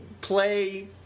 play